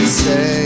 say